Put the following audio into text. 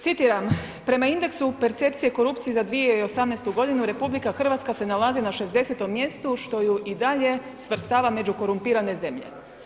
Citiram: „Prema indeksu percepcije korupcije za 2018. godinu RH se nalazi na 60 mjestu što ju i dalje svrstava među korumpirane zemlje.